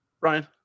Ryan